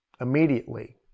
immediately